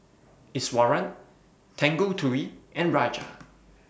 Iswaran Tanguturi and Raja